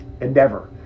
endeavor